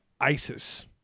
ISIS